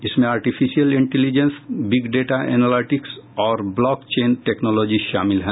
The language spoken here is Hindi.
इनमें artificial intelligence big data analytics और ब्लॉक चेन टेक्नोलॉजी शामिल है